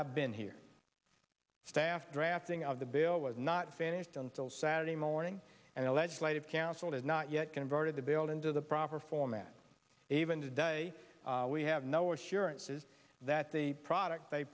i've been here staff drafting of the bill was not finished until saturday morning and the legislative council had not yet converted the build into the proper format even today we have no assurances that the product they